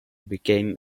became